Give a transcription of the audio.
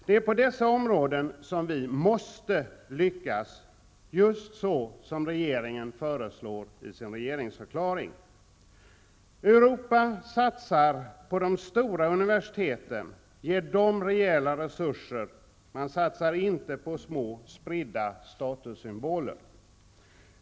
Det är på dessa områden som vi måste lyckas, just så som regeringen föreslår i sin regeringsförklaring. Europa satsar på de stora universiteten och ger dem rejäla resurser. Man satsar inte på små spridda statussymboler.